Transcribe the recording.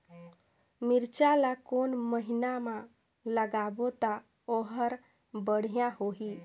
मिरचा ला कोन महीना मा लगाबो ता ओहार बेडिया होही?